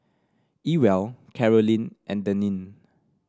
Ewell Caroline and Daneen